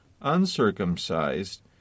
uncircumcised